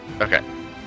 Okay